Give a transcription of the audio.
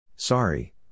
Sorry